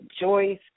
Joyce